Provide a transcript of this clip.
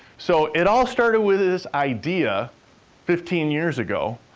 so, it all started with this idea fifteen years ago,